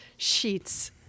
sheets